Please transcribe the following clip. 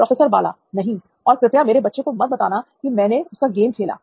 professor Bala नहीं और कृपया मेरे बच्चे को मत बताना कि मैंने उसका गेम खेला